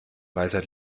weisheit